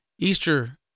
Easter